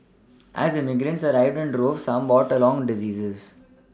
as immigrants arrived in droves some brought along diseases